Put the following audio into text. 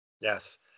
Yes